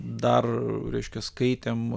dar reiškia skaitėm